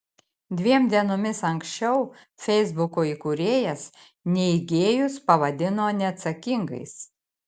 dviem dienomis anksčiau feisbuko įkūrėjas neigėjus pavadino neatsakingais